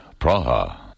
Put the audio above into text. Praha